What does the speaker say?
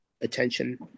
attention